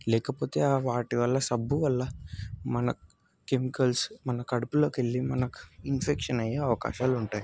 లేకపోతే ఆ వాటివల్ల సబ్బువల్ల మన కెమికల్స్ మన కడుపులోకి వెళ్ళి మనకి ఇన్ఫెక్షన్ అయ్యే అవకాశాలు ఉంటాయి